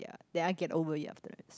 did I get over it after it